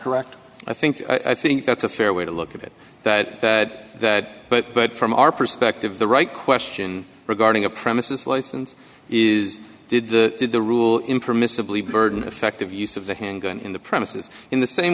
correct i think i think that's a fair way to look at it that but but from our perspective the right question regarding a premises license is did the did the rule impermissibly verdant effective use of the handgun in the premises in the same